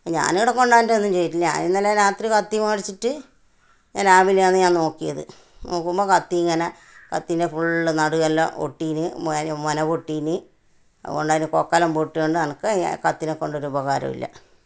ഞാൻ ഇവിടെ കൊണ്ടുവന്നിട്ട് ഒന്നും ചെയ്തിട്ടില്ല ഞാൻ ഇന്നലെ രാത്രി കത്തി മേടിച്ചിട്ട് ഞാൻ രാവിലെയാണ് ഞാൻ നോക്കിയത് നോക്കുമ്പോൾ കത്തി ഇങ്ങനെ കത്തീൻ്റെ ഫുൾ നടുകെല്ലാം ഒട്ടീന് മൊൻ മുന പൊട്ടീന് അതുകൊണ്ടതിന്റെ കൊക്കെല്ലാം പൊട്ടിയതുകൊണ്ട് അനക്ക് ആ കത്തീനെ കൊണ്ടൊരുപകാരമില്ല